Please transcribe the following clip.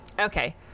Okay